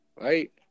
right